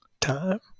time